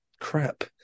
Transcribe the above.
crap